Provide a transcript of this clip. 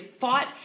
fought